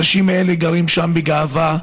האנשים האלה גרים שם בגאווה.